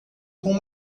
com